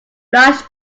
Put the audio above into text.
flush